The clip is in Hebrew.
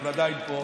אנחנו עדיין פה,